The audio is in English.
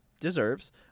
deserves